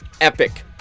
epic